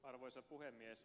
arvoisa puhemies